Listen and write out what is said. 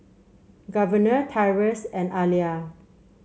Governor Tyrus and Alia